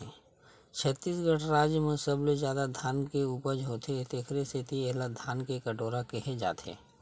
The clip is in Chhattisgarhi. छत्तीसगढ़ राज म सबले जादा धान के उपज होथे तेखर सेती एला धान के कटोरा केहे जाथे